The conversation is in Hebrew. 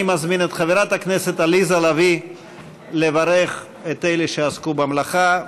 אני מזמין את חברת הכנסת עליזה לביא לברך את אלה שעסקו במלאכה.